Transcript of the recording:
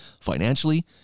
financially